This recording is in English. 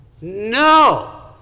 No